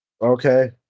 Okay